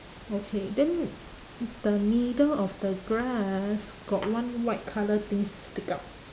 okay then the middle of the grass got one white colour thing stick out